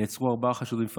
נעצרו ארבעה חשודים פלסטינים,